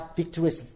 victorious